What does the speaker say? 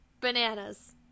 Bananas